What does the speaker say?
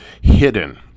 hidden